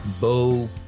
Bo